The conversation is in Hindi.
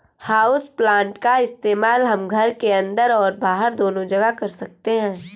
हाउसप्लांट का इस्तेमाल हम घर के अंदर और बाहर दोनों जगह कर सकते हैं